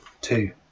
two